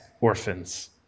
orphans